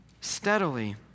steadily